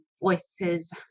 Voices